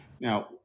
Now